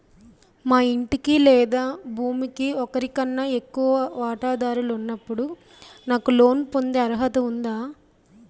మా ఇంటికి లేదా భూమికి ఒకరికన్నా ఎక్కువ వాటాదారులు ఉన్నప్పుడు నాకు లోన్ పొందే అర్హత ఉందా?